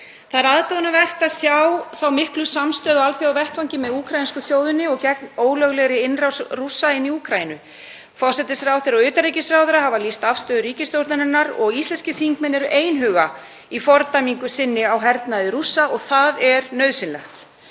Það er aðdáunarvert að sjá þá miklu samstöðu á alþjóðavettvangi með úkraínsku þjóðinni og gegn ólöglegri innrás Rússa í Úkraínu. Forsætisráðherra og utanríkisráðherra hafa lýst afstöðu ríkisstjórnarinnar og íslenskir þingmenn eru einhuga í fordæmingu sinni á hernaði Rússa og það er nauðsynlegt.